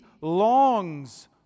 longs